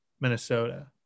minnesota